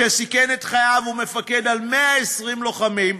שסיכן את חייו ומפקד על 120 לוחמים,